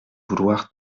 vouloir